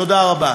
תודה רבה.